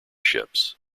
ships